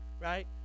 right